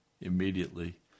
immediately